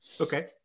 okay